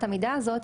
את אמת המידה הזאת,